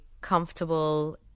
comfortable